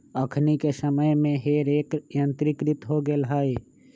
अखनि के समय में हे रेक यंत्रीकृत हो गेल हइ